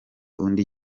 undi